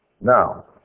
Now